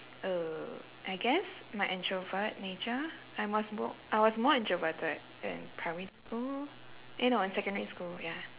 uh I guess my introvert nature I was mo~ I was more introverted in primary school eh no in secondary school ya